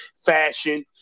fashion